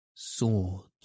Swords